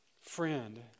friend